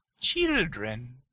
Children